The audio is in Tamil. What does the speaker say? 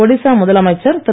ஒடிசா முதலமைச்சர் திரு